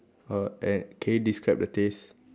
uh and can you describe the taste